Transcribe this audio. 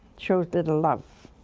shows little love.